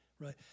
right